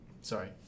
Sorry